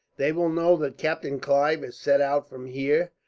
they will know that captain clive has set out from here,